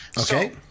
Okay